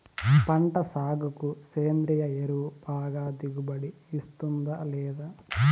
పంట సాగుకు సేంద్రియ ఎరువు బాగా దిగుబడి ఇస్తుందా లేదా